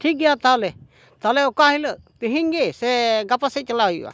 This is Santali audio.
ᱴᱷᱤᱠ ᱜᱮᱭᱟ ᱛᱟᱦᱞᱮ ᱛᱟᱦᱞᱮ ᱚᱠᱟ ᱦᱤᱞᱳᱜ ᱛᱮᱦᱤᱧ ᱜᱮ ᱥᱮ ᱜᱟᱯᱟ ᱥᱮᱫ ᱪᱟᱞᱟᱣ ᱦᱩᱭᱩᱜᱼᱟ